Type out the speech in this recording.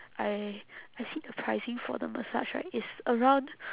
I I see the pricing for the massage right it's around